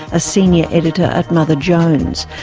a senior editor at mother jones.